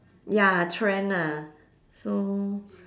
ya trend ah so